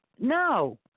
no